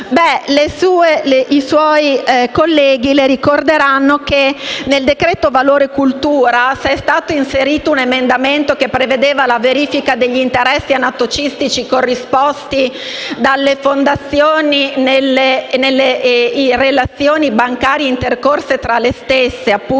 I suoi colleghi le ricorderanno che, se nel decreto valore cultura è stato inserito un emendamento che prevede la verifica degli interessi anatocistici corrisposti dalle fondazioni in relazioni bancarie intercorse tra le stesse e